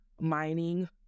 mining